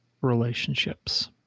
relationships